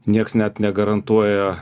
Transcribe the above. nieks net negarantuoja